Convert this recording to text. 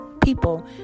people